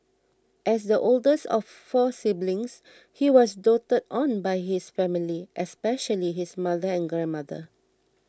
as the oldest of four siblings he was doted on by his family especially his mother and grandmother